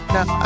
Now